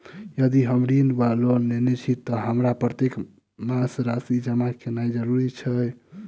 यदि हम ऋण वा लोन लेने छी तऽ हमरा प्रत्येक मास राशि जमा केनैय जरूरी छै?